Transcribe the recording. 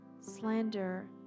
slander